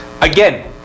Again